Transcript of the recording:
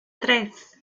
tres